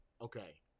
okay